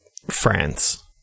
France